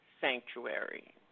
Sanctuary